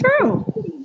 true